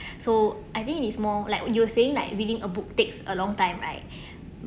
so I think it's more like you were saying like reading a book takes a long time right